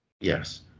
Yes